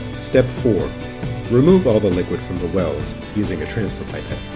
step four remove all the liquid from the wells using a transfer pipette.